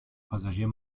passagier